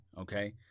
okay